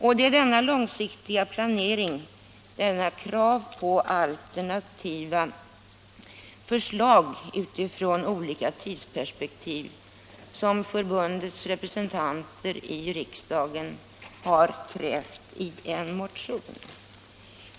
Det är denna långsiktiga planering, detta krav på alternativa förslag utifrån olika tidsperspektiv, som förbundets representanter i riksdagen har krävt i en motion.